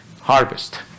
harvest